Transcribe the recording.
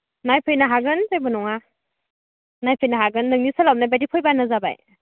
नायफैनो हागोन जेबो नङा नायफैनो हागोन नोंनि सोलाबनाय बायदि फैबानो जाबाय